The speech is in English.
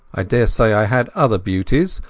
i daresay i had other beauties,